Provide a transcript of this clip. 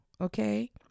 Okay